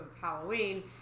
Halloween